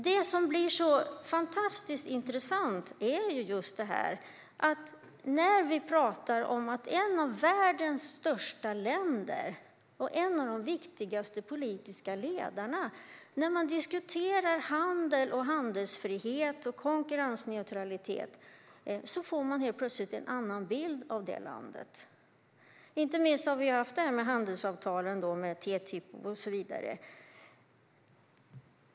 Det intressanta är att vi talar om ett av världens största länder och en av de viktigaste politiska ledarna. Men när man diskuterar handel, handelsfrihet och konkurrensneutralitet får man en annan bild av det landet, inte minst när det gäller handelsavtalen, TTIP och så vidare.